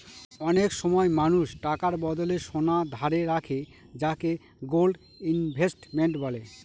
অনেক সময় মানুষ টাকার বদলে সোনা ধারে রাখে যাকে গোল্ড ইনভেস্টমেন্ট বলে